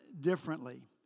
differently